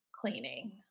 cleaning